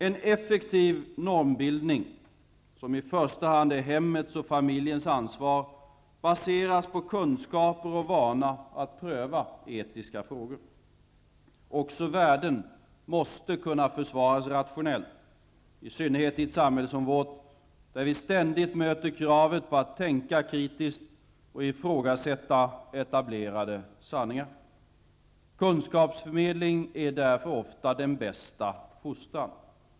En effektiv normbildning, som i första hand är hemmets och familjens ansvar, baseras på kunskaper och vana att pröva etiska frågor. Också värden måste kunna försvaras rationellt, i synnerhet i ett samhälle som vårt, där vi ständigt möter kravet på att tänka kritiskt och ifrågasätta etablerade sanningar. Kunskapsförmedling är därför ofta den bästa fostran.